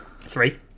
Three